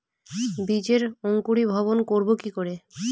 বীজের অঙ্কুরিভবন করব কি করে?